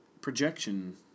projection